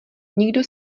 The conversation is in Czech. nikdo